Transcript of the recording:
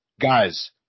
guys